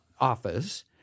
office